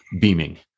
beaming